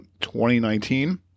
2019